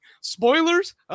spoilers